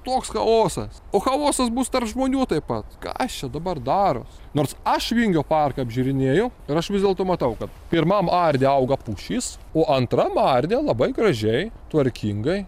toks chaosas o chaosas bus tarp žmonių taip pat kas čia dabar daros nors aš vingio parką apžiūrinėju ir aš vis dėlto matau kad pirmam arde auga pušys o antram arde labai gražiai tvarkingai